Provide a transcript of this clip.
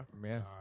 Man